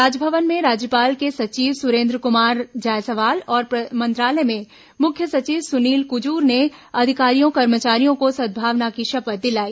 राजभवन में राज्यपाल के सचिव सुरेन्द कुमार जायसवाल और मंत्रालय में मुख्य सचिव सुनील कुजूर ने अधिकारियों कर्मचारियों को सद्भावना की शपथ दिलाई